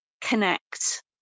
connect